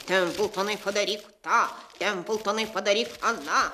templtonai padaryk tą templtonai padaryk aną